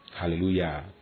Hallelujah